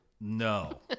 No